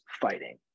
fighting